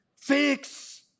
fix